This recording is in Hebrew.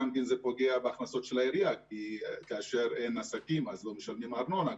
זה גם פוגע בהכנסות העירייה כי כאשר אין עסקים אז לא משלמים ארנונה.